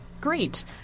great